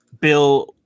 bill